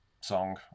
song